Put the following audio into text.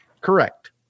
Correct